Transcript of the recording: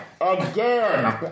Again